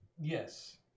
Yes